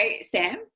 Sam